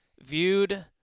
viewed